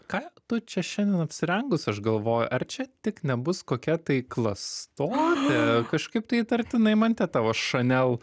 ką tu čia šiandien apsirengus aš galvoju ar čia tik nebus kokia tai klastotė kažkaip tai įtartinai man tie tavo šanel